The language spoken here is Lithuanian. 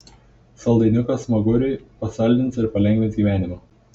saldainukas smaguriui pasaldins ir palengvins gyvenimą